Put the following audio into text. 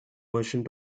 merchant